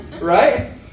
Right